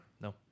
No